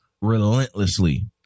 relentlessly